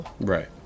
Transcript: Right